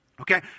Okay